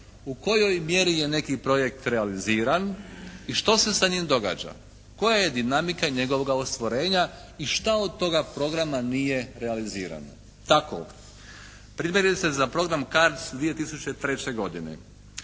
U kojoj mjeri je neki projekt realiziran i što se sa njim događa? Koja je dinamika njegovoga ostvarenja? Šta od toga programa nije realizirano? Tako primjerice za program «CARDS» 2003. godine